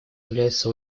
является